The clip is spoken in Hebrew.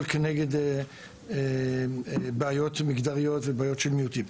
כנגד בעיות מגדריות ובעיות של מיעוטים.